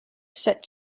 set